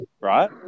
right